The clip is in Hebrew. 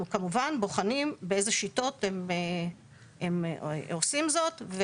כמובן בוחנים באיזה שיטות הם עושים זאת.